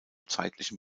zeitlichen